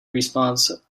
responds